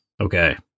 Okay